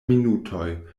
minutoj